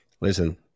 Listen